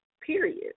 period